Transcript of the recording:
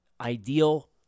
ideal